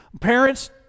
Parents